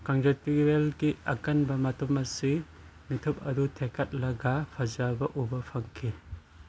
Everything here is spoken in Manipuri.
ꯀꯟꯖꯪꯇꯤꯕꯦꯜꯒꯤ ꯑꯀꯟꯕ ꯃꯇꯨꯝ ꯑꯁꯤ ꯃꯤꯊꯨꯞ ꯑꯗꯨ ꯊꯦꯀꯠꯂꯒ ꯐꯖꯕ ꯎꯕ ꯐꯪꯈꯤ